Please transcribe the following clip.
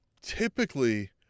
typically